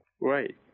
Right